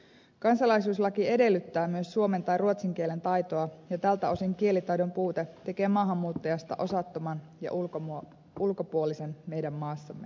kansalaisuuslaki edellyttää myös suomen tai ruotsin kielen taitoa ja tältä osin kielitaidon puute tekee maahanmuuttajasta osattoman ja ulkopuolisen meidän maassamme